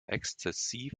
exzessiv